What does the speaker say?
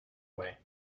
away